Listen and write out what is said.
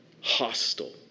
hostile